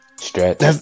stretch